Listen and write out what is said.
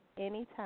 anytime